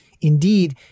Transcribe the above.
Indeed